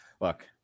Look